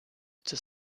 zur